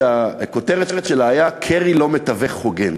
שהכותרת שלה הייתה: קרי לא מתווך הוגן.